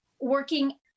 working